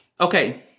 okay